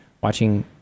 watching